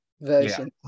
version